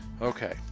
Okay